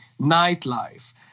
nightlife